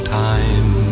time